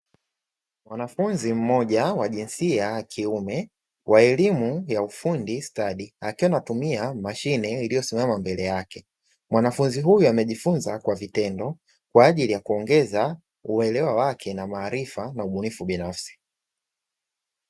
Mwanafunzi mmoja wa jinsia ya kiume wa elimu ya ufundi stadi akiwa anatumia mashine iliyosimama mbele yake, mwanafunzi huyo amejifunza kwa vitendo kwa ajili ya kuongeza uelewa wake na maarifa na ubunifu binafsi.